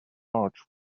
large